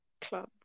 club